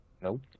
Nope